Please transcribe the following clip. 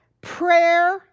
prayer